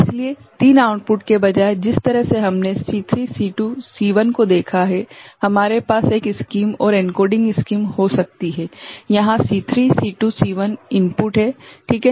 इसलिए 3 आउटपुट के बजाय जिस तरह से हमने C3 C2 C1 को देखा है हमारे पास एक स्कीम और एन्कोडिंग स्कीम हो सकती है जहां C3 C2 C1 इनपुट है ठीक है